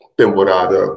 temporada